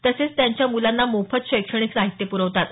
तसेच त्यांच्या मुलाना मोफत शैक्षणिक साहित्य पुरवतात